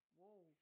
Whoa